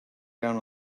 down